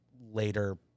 later